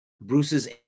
Bruce's